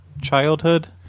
childhood